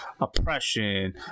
oppression